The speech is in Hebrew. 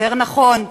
יותר נכון,